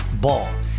Ball